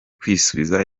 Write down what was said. kwisubiza